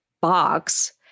box